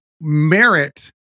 merit